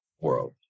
world